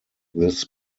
this